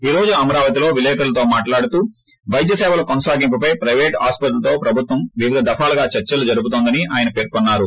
ఈ రోజు అమరావతిలో విలేకరులతో మంత్రి మాట్లాడుతూ పైద్య సేవలు కోనసాగింపుపై ప్రైవేట్ ఆస్పత్రులతో ప్రభుత్వం వివిధ దఫాలుగా చర్చలు జరుపుతోందని ఆయన పేర్కొన్నారు